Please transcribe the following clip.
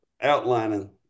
outlining